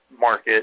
market